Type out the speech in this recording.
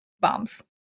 bombs